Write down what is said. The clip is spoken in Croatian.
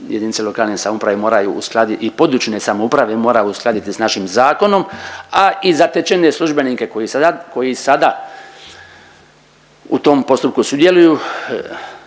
jedinice lokalne samouprave moraju i područne samouprave moraju uskladiti s našim zakonom, a i zatečene službenike koji sada u tom postupku sudjeluju,